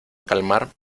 calmar